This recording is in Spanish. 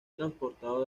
transportado